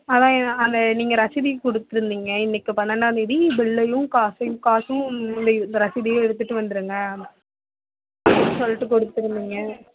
அதுதான் அந்த நீங்கள் ரசீதையும் கொடுத்துருந்தீங்க இன்னைக்கு பன்னெண்டாம் தேதி பில்லையும் காசையும் காசும் இந்த இந்த ரசீதையும் எடுத்திட்டு வந்திருங்க சொல்லிட்டு கொடுத்துருந்தீங்க